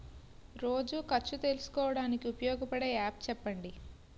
రోజు ఖర్చు తెలుసుకోవడానికి ఉపయోగపడే యాప్ చెప్పండీ?